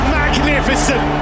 magnificent